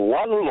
one